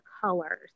colors